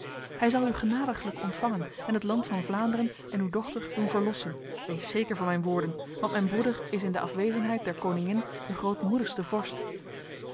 hij zal u genadiglijk ontvangen en het land van vlaanderen en uw dochter doen verlossen wees zeker van mijn woorden want mijn broeder is in de afwezenheid der koningin de grootmoedigste vorst